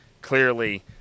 clearly